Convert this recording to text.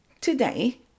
Today